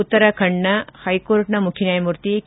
ಉತ್ತರಾಖಂಡ್ನ ಹೈಕೋರ್ಟ್ನ ಮುಖ್ಯ ನ್ಯಾಯಮೂರ್ತಿ ಕೆ